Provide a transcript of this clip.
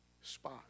spot